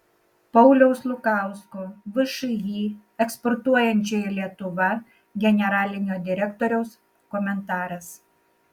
pauliaus lukausko všį eksportuojančioji lietuva generalinio direktoriaus komentaras